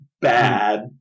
bad